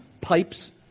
pipes